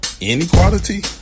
inequality